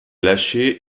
lâché